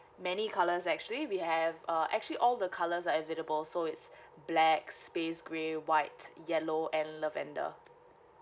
many colors actually we have uh actually all the colors are available so it's black space grey white yellow and lavender